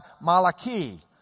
Malachi